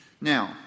Now